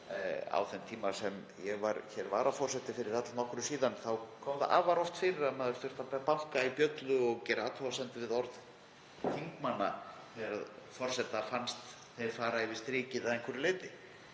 á þeim tíma sem ég var varaforseti fyrir allnokkru síðan kom það afar oft fyrir að maður þurfti að banka í bjöllu og gera athugasemdir við orð þingmanna þegar forseta fannst þeir fara yfir strikið að einhverju leyti.